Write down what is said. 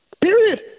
Period